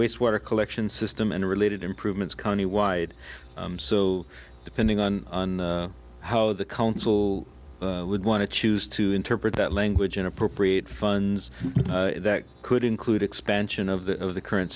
waste water collection system and related improvements countywide so depending on how the council would want to choose to interpret that language in appropriate funds that could include expansion of the of the current